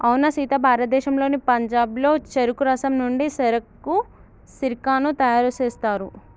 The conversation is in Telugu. అవునా సీత భారతదేశంలోని పంజాబ్లో చెరుకు రసం నుండి సెరకు సిర్కాను తయారు సేస్తారు